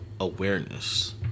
Awareness